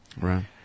right